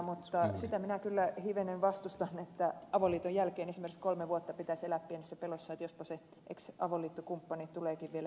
mutta sitä minä kyllä hivenen vastustan että avoliiton jälkeen esimerkiksi kolme vuotta pitäisi elää pienessä pelossa että jospa se ex avoliittokumppani tuleekin vielä jotakin vaatimaan